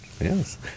Yes